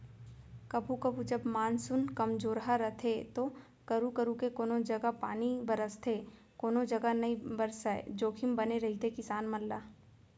कभू कभू जब मानसून कमजोरहा रथे तो करू करू के कोनों जघा पानी बरसथे कोनो जघा नइ बरसय जोखिम बने रहिथे किसान मन ला